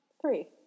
three